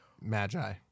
Magi